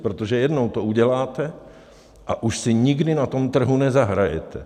Protože jednou to uděláte a už si nikdy na tom trhu nezahrajete.